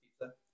pizza